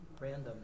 Random